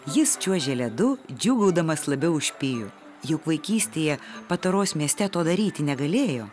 jis čiuožė ledu džiūgaudamas labiau už pijų juk vaikystėje pataros mieste to daryti negalėjo